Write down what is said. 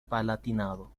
palatinado